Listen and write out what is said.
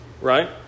right